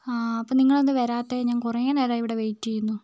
അപ്പം നിങ്ങളെന്താ വരാത്തത് ഞാൻ കുറെ നേരമായി ഇവിടെ വെയ്റ്റ് ചെയ്യുന്നു